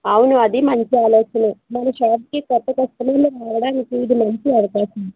అవును అది మంచి ఆలోచనే మన షాపుకి కొత్త కస్టమర్లు రావడానికి ఇది మంచి అవకాశం